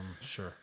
Sure